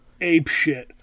apeshit